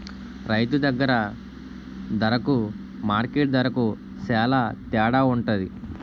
రైతు దగ్గర దరకు మార్కెట్టు దరకు సేల తేడవుంటది